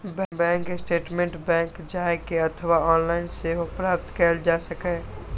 bank statement bank जाए के अथवा ऑनलाइन सेहो प्राप्त कैल जा सकैए